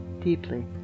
deeply